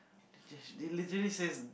this they literally says